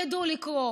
ידעו לקרוא.